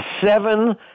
seven